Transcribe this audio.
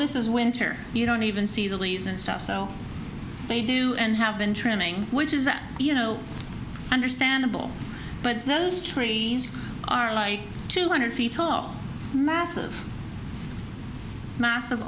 this is winter you don't even see the leaves and stuff so they do and have been trimming which is that you know understandable but those trees are like two hundred feet tall massive massive